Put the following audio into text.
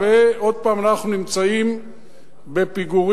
ועוד פעם אנחנו נמצאים בפיגורים